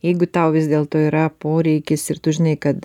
jeigu tau vis dėlto yra poreikis ir tu žinai kad